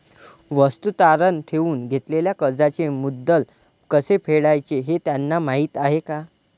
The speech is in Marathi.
वस्तू तारण ठेवून घेतलेल्या कर्जाचे मुद्दल कसे फेडायचे हे त्यांना माहीत आहे का?